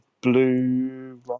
blue